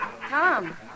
Tom